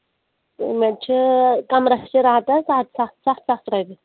وۄنۍ چھِ کَمرَس تہِ رٹان سَتھ سَتھ سَتھ سَتھ رۄپیہِ